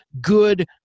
good